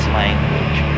language